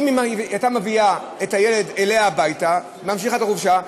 אם הייתה מביאה את הילד אליה הביתה וממשיכה את החופשה,